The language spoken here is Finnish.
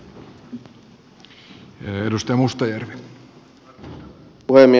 arvoisa puhemies